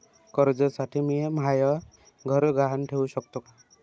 कर्जसाठी मी म्हाय घर गहान ठेवू सकतो का